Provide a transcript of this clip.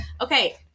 Okay